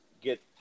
get